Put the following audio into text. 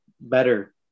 better